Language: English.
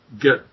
get